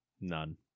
None